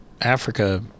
africa